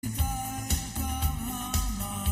מסיתה אל קו המים